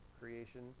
creation